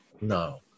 no